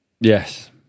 yes